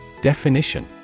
Definition